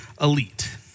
elite